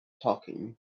talking